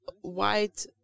white